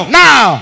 now